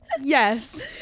Yes